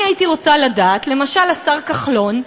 אני הייתי רוצה לדעת, למשל השר כחלון,